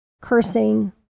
cursing